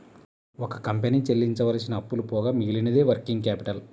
ఒక కంపెనీ చెల్లించవలసిన అప్పులు పోగా మిగిలినదే వర్కింగ్ క్యాపిటల్